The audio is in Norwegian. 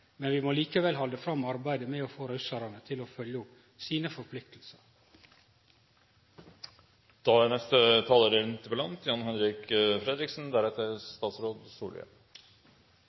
men vi må likevel halde fram arbeidet med å få russarane til å følgje opp sine forpliktingar. Det er